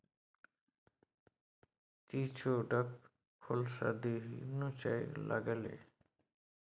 चिचोढ़क फुलसँ देहि नोचय लागलै